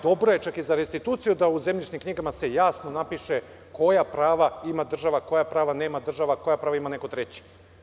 Dobro je čak i za restituciju da u zemljišnim knjigama se jasno napiše koja prava ima država, koja prava nema država, koja prava ima neko treći.